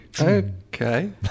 Okay